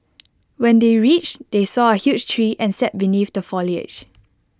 when they reached they saw A huge tree and sat beneath the foliage